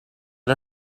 her